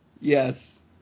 yes